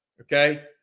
Okay